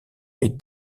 est